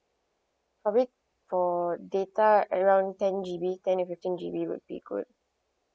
probably for data around ten G_B ten to fifteen G_B will be good